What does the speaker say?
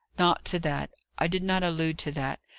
not to that i did not allude to that,